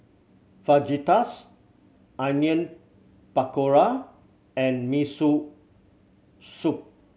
Fajitas Onion Pakora and Miso Soup